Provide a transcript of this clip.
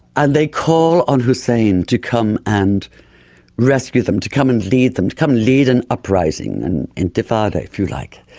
and they call on hussein to come and rescue them, to come and lead them, to come and lead an uprising, an intifada if you like,